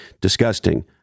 disgusting